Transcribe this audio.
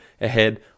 ahead